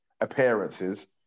appearances